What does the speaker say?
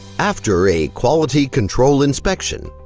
after a quality control inspection,